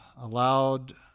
allowed